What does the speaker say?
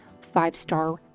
five-star